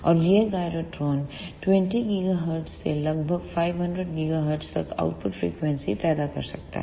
और ये gyrotron 20 GHz से लगभग 500 GHz तक आउटपुट फ्रिक्वेंसी पैदा कर सकता है